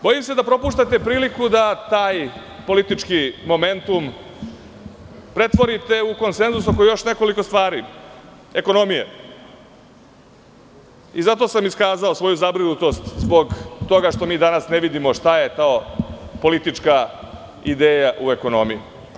Bojim se da propuštate priliku da taj politički momentum pretvorite u konsenzus oko još jedne stvari, oko ekonomije i zato sam iskazao svoju zabrinutost, zbog toga što mi danas ne vidimo šta je politička ideja u ekonomiji.